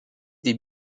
des